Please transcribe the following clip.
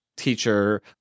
teacher